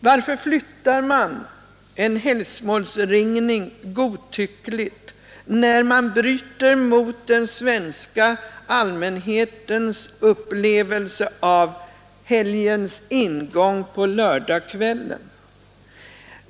Varför flyttar man en helgmålsringning godtyckligt, när man därmed bryter mot den svenska allmänhetens upplevelser av helgens ingång på lördagskvällen?